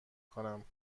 کنم